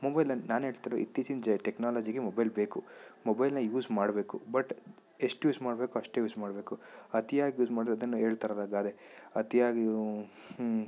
mobile ನಾನು ಹೇಳ್ತಿರೋ ಇತ್ತಿಚೀನ ಜೆ ಟೆಕ್ನಾಲಜಿಗೆ ಮೊಬೈಲ್ ಬೇಕು ಮೊಬೈಲ್ನ ಯೂಸ್ ಮಾಡಬೇಕು ಬಟ್ ಎಷ್ಟು ಯೂಸ್ ಮಾಡ್ಬೇಕು ಅಷ್ಟೆ ಯೂಸ್ ಮಾಡಬೇಕು ಅತಿಯಾಗಿ ಯೂಸ್ ಮಾಡ್ರೆ ಅದೇನೋ ಹೇಳ್ತಾರಲ್ಲ ಗಾದೆ ಅತಿಯಾಗಿಯೂ ಹ್ಞೂಂ